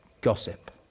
gossip